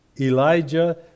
Elijah